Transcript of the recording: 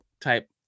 type